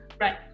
Right